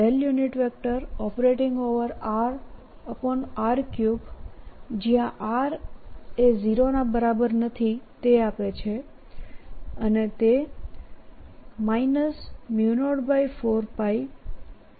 r≠0 આપે છે